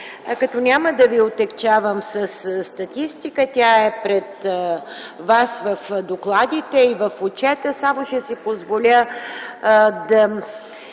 като няма да ви отегчавам със статистика. Тя е пред вас в докладите и в отчета. Ще си позволя да